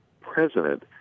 president